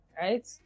right